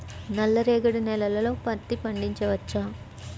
నల్ల రేగడి నేలలో పత్తి పండించవచ్చా?